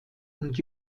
und